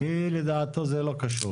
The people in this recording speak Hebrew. כי לדעתו זה לא קשור.